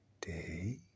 day